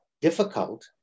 difficult